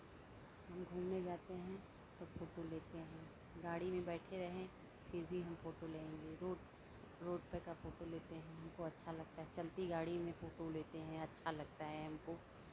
हम घूमने जाते हैं तो फोटो लेते हैं गाड़ी में बैठे रहे फिर भी हम फोटो लेंगे रोड रोड तक का फोटो लेते हैं हमको अच्छा लगता है चलती गाड़ी में फोटो लेते हैं अच्छा लगता है हमको